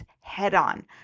head-on